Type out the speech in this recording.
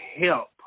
help